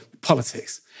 politics